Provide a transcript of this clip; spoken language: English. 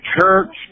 Church